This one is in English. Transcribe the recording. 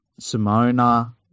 Simona